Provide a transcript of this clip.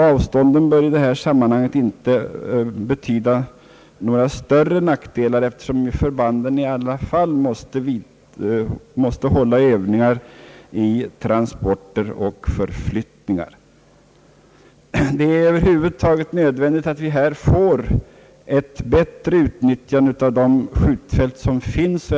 Avstånden bör i detta sammanhang inte medföra några större nackdelar, eftersom förbanden i alla fall måste bedriva övningar i transporter och förflyttningar. Det är över huvud taget nödvändigt att vi får ett bättre utnyttjande av de skjutfält som redan finns.